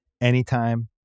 Anytime